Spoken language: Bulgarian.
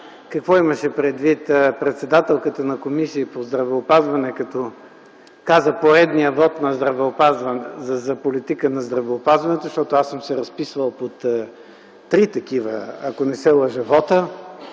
какво имаше предвид председателката на Комисията по здравеопазването като каза: „поредният вот за политика на здравеопазването”, защото аз съм се разписвал под три такива вота, ако не се лъжа.